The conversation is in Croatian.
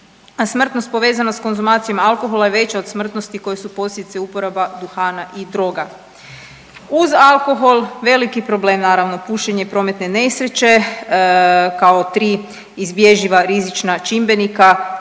smrtnost povezano s konzumacijom alkohola je veća od smrtnosti koje su posljedica uporaba duhana i droga. Uz alkohol veliki problem naravno pušenje i prometne nesreće kao tri izbježiva rizična čimbenika